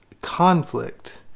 conflict